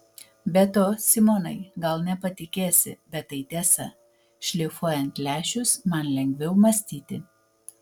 be to simonai gal nepatikėsi bet tai tiesa šlifuojant lęšius man lengviau mąstyti